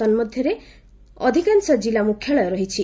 ତନ୍ମଧ୍ୟରେ ଅଧିକାଂଶ ଜିଲ୍ଲା ମୁଖ୍ୟାଳୟ ରହିଛି